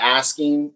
asking